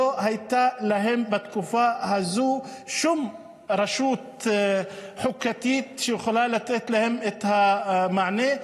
לא הייתה להם בתקופה הזו שום רשות חוקית שיכולה לתת להם את המענה.